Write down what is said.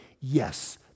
yes